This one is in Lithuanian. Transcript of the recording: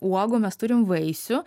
uogų mes turim vaisių